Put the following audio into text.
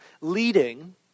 leading